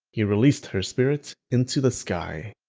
he released her spirit into the sky.